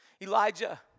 Elijah